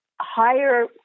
higher